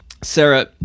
Sarah